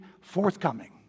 forthcoming